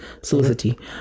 solicity